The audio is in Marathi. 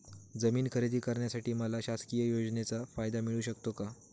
जमीन खरेदी करण्यासाठी मला शासकीय योजनेचा फायदा मिळू शकतो का?